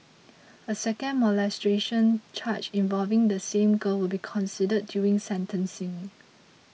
a second molestation charge involving the same girl will be considered during sentencing